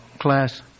class